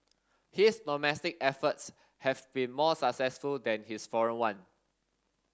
his domestic efforts have been more successful than his foreign one